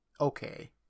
okay